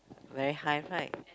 very high right